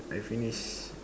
I finish